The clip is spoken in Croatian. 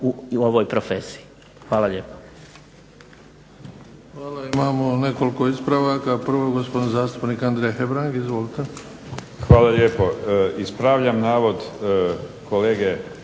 u ovoj profesiji. Hvala lijepa.